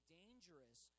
dangerous